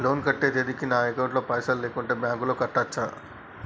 Loan కట్టే తేదీకి నా అకౌంట్ లో పైసలు లేకుంటే బ్యాంకులో కట్టచ్చా?